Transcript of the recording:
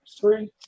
Three